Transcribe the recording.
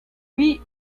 oui